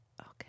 Okay